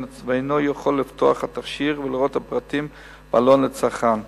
ואינו יכול לפתוח את התכשיר ולראות הפרטים בעלון לצרכן.